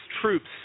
troops